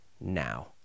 now